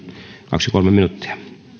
kaksi viiva kolme minuuttia